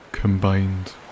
Combined